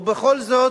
ובכל זאת